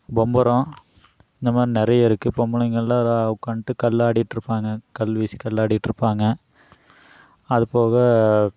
பம்பரோம் இந்தமாதிரி நிறைய இருக்குது பொம்பளைங்கல்லாம் உக்காண்ட்டு கல்லாடிட்டு இருப்பாங்க கல் வீசி கல்லாடிட்டு இருப்பாங்க அதுபோக